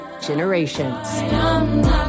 generations